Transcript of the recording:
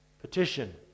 petition